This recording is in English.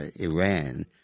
Iran